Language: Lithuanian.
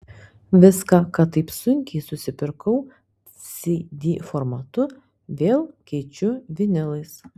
viską ką taip sunkiai susipirkau cd formatu vėl keičiu vinilais